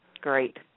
great